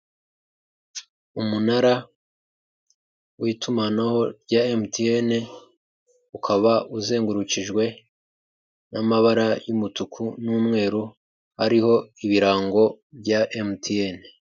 Umunara w'itumanaho rya emutiyene, ukaba uzengurukijwe n'amabara y'umutuku n'umweru ariho ibirango bya emutiyeni.